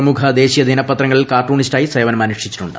പ്രമുഖ ദേശീയ ദിനപ്പത്രങ്ങളിൽ കാട്ടൂണിസ്റ്റായി സേവനമനുഷ്ടിച്ചിട്ടുണ്ട്